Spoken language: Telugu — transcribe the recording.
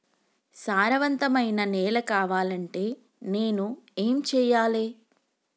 సారవంతమైన నేల కావాలంటే నేను ఏం చెయ్యాలే?